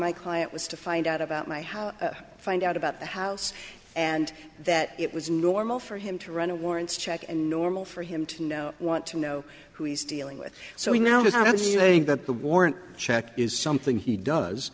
my client was to find out about my house find out about the house and that it was normal for him to run a warrant check and normal for him to know want to know who he's dealing with so we now think that the warrant check is something he does